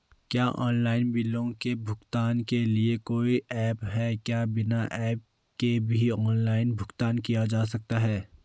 क्या ऑनलाइन बिलों के भुगतान के लिए कोई ऐप है क्या बिना ऐप के भी ऑनलाइन भुगतान किया जा सकता है?